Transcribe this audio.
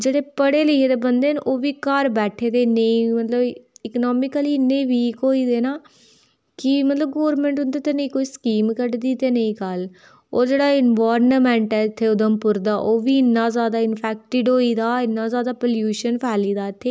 जेह्ड़े पढ़े लिखे दे बंदे न ओह् बी घर बैठे दे नेईं मतलब एकनॉमिकली इन्नै वीक होई दे ना कि मतलब गोरमेंट उंदे थे नि कोई स्कीम कड्ढदी ते नेईं गल्ल होर जेह्ड़ा एनवायरनमेंट ऐ इत्थै उधमपुर दा ओह् बी इन्ना ज़्यादा इन्फेक्टेड होई गेदा इन्ना ज़्यादा पोल्लुशन फैली गेदा इत्थै